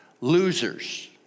losers